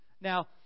Now